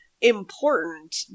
important